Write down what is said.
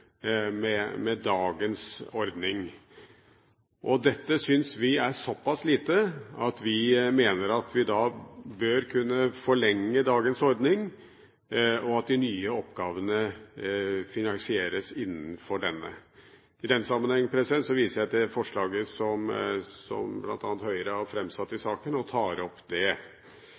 såpass lite at vi mener vi da bør kunne forlenge dagens ordning, og at de nye oppgavene finansieres innenfor denne. I den sammenheng viser jeg til forslaget som bl.a. Høyre har fremsatt i saken, og tar opp det.